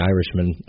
Irishman